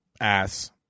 ass